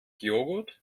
joghurt